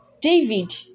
David